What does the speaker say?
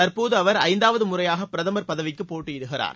தற்போது அவர் ஐந்தாவது முறையாக பிரதமர் பதவிக்கு போட்டியிடுகிறார்